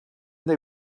they